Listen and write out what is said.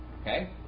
Okay